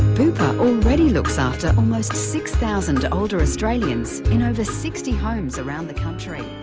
bupa already looks after almost six thousand older australians in over sixty homes around the country,